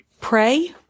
pray